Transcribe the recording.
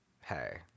hey